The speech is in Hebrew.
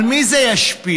על מי זה ישפיע?